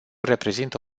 reprezintă